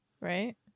Right